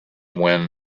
when